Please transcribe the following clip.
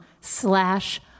slash